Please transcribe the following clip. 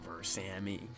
Sammy